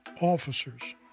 officers